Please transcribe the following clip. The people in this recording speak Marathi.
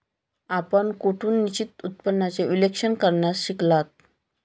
आपण कोठून निश्चित उत्पन्नाचे विश्लेषण करण्यास शिकलात?